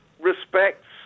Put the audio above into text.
respects